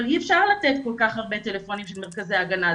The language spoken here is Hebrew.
אבל אי אפשר לתת כל כך הרבה טלפונים של מרכזי הגנה,